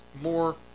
more